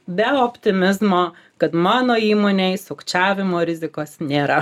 be optimizmo kad mano įmonėj sukčiavimo rizikos nėra